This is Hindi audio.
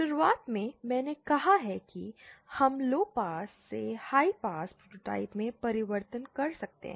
शुरुआत में मैंने कहा है कि हम लोअ पास से हाई पास प्रोटोटाइप में परिवर्तन कर सकते हैं